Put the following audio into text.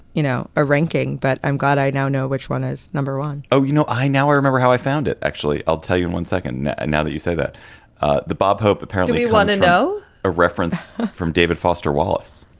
you know, a ranking that but i'm god. i now know which one is number one. oh, you know, i now i remember how i found it actually, i'll tell you and one second. and now that you say that the bob hope, apparently you wanna know a reference from david foster wallace